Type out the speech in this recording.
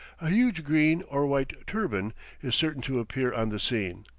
a huge green or white turban is certain to appear on the scene,